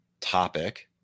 topic